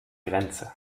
grenze